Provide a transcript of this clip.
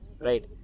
Right